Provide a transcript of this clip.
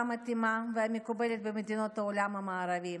המתאימה והמקובלת במדינות העולם המערבי,